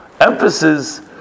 emphasis